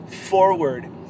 forward